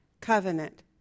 covenant